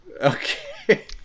Okay